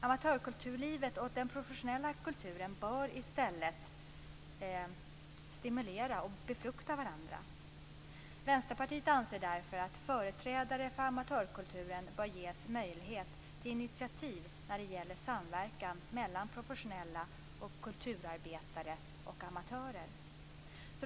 Amatörkulturlivet och den professionella kulturen bör i stället stimulera och befrukta varandra. Vänsterpartiet anser därför att företrädare för amatörkulturen bör ges möjlighet att ta initiativ för samverkan mellan professionella kulturarbetare och amatörer.